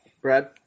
Brad